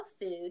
food